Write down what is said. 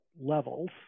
levels